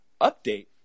update